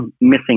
missing